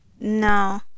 No